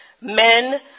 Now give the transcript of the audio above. men